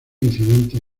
incidentes